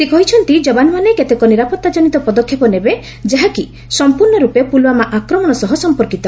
ସେ କହିଛନ୍ତି ଯବାନମାନେ କେତେକ ନିରାପଭାଜନିତ ପଦକ୍ଷେପ ନେବେ ଯାହାକି ସମ୍ପୂର୍ଣ୍ଣ ର୍ଚ୍ଚପେ ପୁଲୱାମା ଆକ୍ରମଣ ସହ ସମ୍ପର୍କୀତ